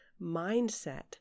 mindset